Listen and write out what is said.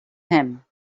him